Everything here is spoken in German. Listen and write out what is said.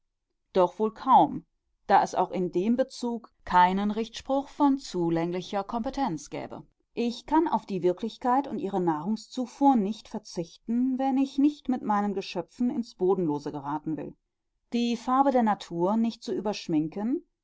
doch wohl kaum da es auch in dem bezug keinen richtspruch von zulänglicher kompetenz gäbe ich kann auf die wirklichkeit und ihre nahrungszufuhr nicht verzichten wenn ich nicht mit meinen geschöpfen ins bodenlose geraten will die farbe der natur nicht zu